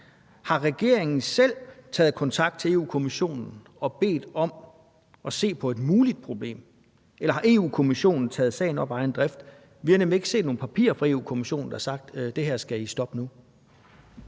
Har regeringen selv taget kontakt til Europa-Kommissionen og bedt om at se på et muligt problem, eller har Europa-Kommissionen taget sagen op af egen drift? Vi har nemlig ikke set nogen papirer fra Europa-Kommissionen, der har sagt, at det her skal vi stoppe nu.